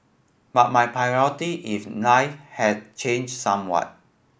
but my priority in life have changed somewhat